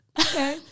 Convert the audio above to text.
okay